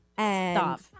Stop